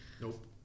Nope